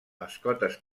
mascotes